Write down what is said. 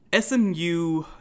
SMU